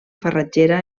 farratgera